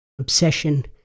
obsession